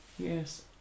Yes